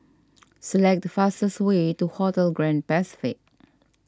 select the fastest way to Hotel Grand Pacific